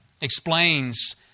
explains